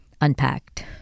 unpacked